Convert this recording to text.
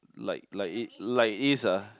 like like it like is ah